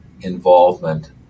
involvement